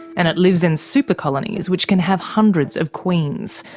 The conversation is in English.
and it lives in super-colonies which can have hundreds of queens.